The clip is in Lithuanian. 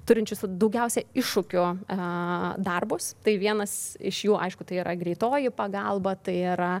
turinčius daugiausiai iššūkių darbus tai vienas iš jų aišku tai yra greitoji pagalba tai yra